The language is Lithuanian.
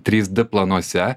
trys d planuose